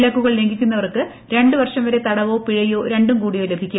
വിലക്കുകൾ ലംഘിക്കുന്നവർക്ക് രണ്ട് വർഷംവരെ തടവോ പിഴയോ രണ്ടും കൂടിയോ ലഭിക്കും